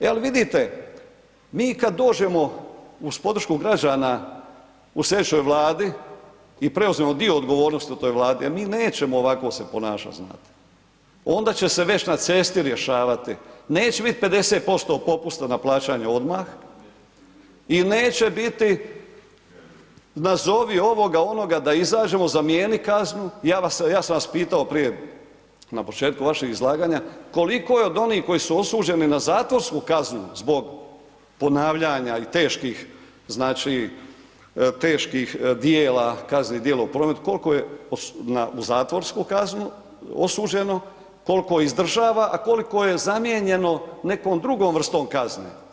Jel vidite, mi kad dođemo uz podršku građana u slijedećoj Vladi i preuzmemo dio odgovornosti u toj Vladi, a mi nećemo ovako se ponašat znate, onda će već na cesti rješavati, neće biti 50% popusta na plaćanje odmah i neće biti nazovi ovoga, onoga da izađemo, zamijeni kaznu, ja sam vas pitao prije na početku vašeg izlaganja koliko je od onih koji su osuđeni na zatvorsku kaznu zbog ponavljanja i teških znači teških dijela, kaznenih dijela u prometu, kolko je na zatvorsku kaznu osuđeno, kolko ih izdržava, a koliko je zamijenjeno nekom drugom vrstom kazne.